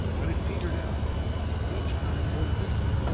but it petered out each time more quickly.